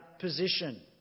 position